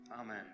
Amen